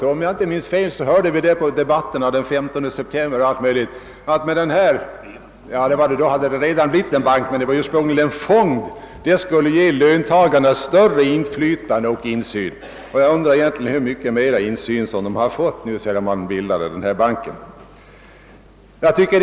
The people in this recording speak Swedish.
I de 100 debatterna som vi hade med socialdemokraterna den 15 september — då hade beslut redan fattats om Inwvesteringsbanken, men den var ursprungligen en fond — sade man att löntagarna skulle få större inflytande och insyn. Hur mycket mer insyn har de egentligen fått sedan banken bildades?